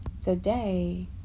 today